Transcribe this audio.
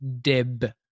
Deb